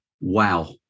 Wow